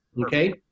Okay